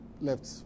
left